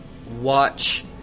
watch